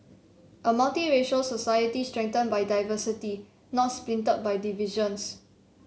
a multiracial society strengthened by diversity not splintered by divisions